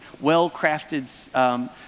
well-crafted